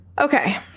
okay